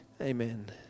Amen